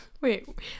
Wait